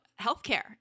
healthcare